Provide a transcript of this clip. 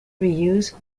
reuse